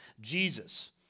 Jesus